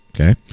okay